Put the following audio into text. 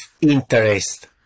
interest